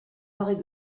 arrêt